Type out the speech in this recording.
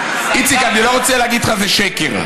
איציק, אני לא רוצה להגיד לך שזה שקר.